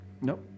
Nope